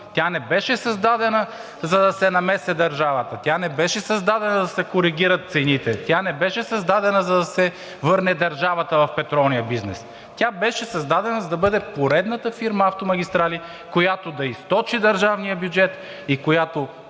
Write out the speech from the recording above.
тя не беше създадена, за да се намеси държавата, тя не беше създадена да се коригират цените, тя не беше създадена, за да се върне държавата в петролния бизнес. Тя беше създадена, за да бъде поредната фирма „Автомагистрали“, която да източи държавния бюджет и която